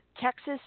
Texas